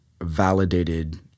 validated